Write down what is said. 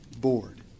Board